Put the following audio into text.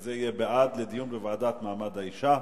זה יהיה בעד דיון בוועדה למעמד האשה,